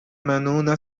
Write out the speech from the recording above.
منو، نه